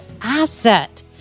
asset